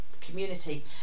community